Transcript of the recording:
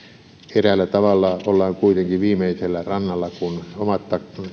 eräällä tavalla ollaan kuitenkin viimeisellä rannalla kun omat